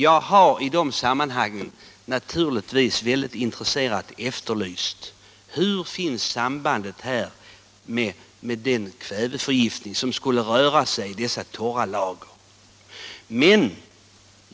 Jag har naturligtvis väldigt intresserat efterlyst uppgifter om sambandet med den kväveförgiftning som det skulle röra sig om i dessa torra lager.